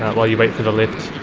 while you wait for the lift.